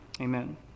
amen